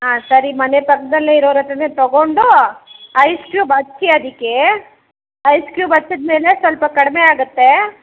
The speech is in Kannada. ಆಂ ಸರಿ ಮನೆ ಪಕ್ಕದಲ್ಲಿರೋರತ್ರನೇ ತೊಗೊಂಡು ಐಸ್ ಕ್ಯೂಬ್ ಹಚ್ಚಿ ಅದಕ್ಕೆ ಐಸ್ ಕ್ಯೂಬ್ ಹಚ್ಚಿದ್ಮೇಲೆ ಸ್ವಲ್ಪ ಕಡಿಮೆಯಾಗತ್ತೆ